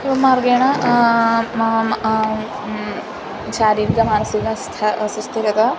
एवमार्गेन शारीरिकमानसिक स्थ सुस्थिरता